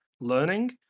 learning